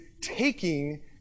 taking